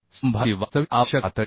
स्तंभाची वास्तविक आवश्यक पातळी